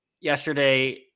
yesterday